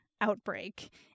outbreak